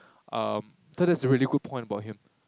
um think that's a really good point about him